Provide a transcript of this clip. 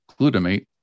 glutamate